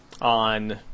on